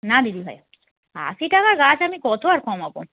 না দিদিভাই আশি টাকার গাছ আমি কত আর কমাব